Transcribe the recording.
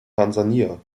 tansania